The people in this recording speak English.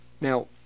Now